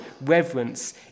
reverence